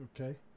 Okay